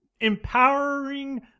empowering